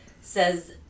says